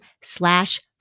slash